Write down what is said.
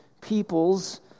people's